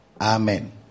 amen